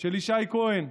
של ישי כהן: